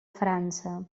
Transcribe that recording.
frança